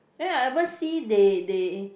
ya ever see they they